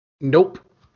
Nope